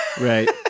right